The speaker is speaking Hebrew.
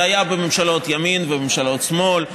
זה היה בממשלות ימין ובממשלות שמאל,